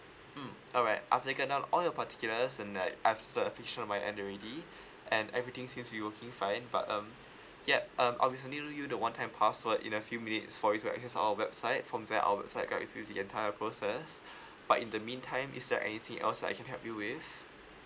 mm alright I've taken down all your particulars and that I've sort of finish on my end already and everything's seems to be working fine but um yup um I'll just email you the one time password in a few minutes for you to access our website from there I will with you the entire process but in the meantime is there anything else I can help you with